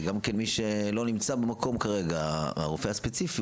וגם מי שלא נמצא במקום כרגע הרופא הספציפי